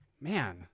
man